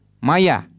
maya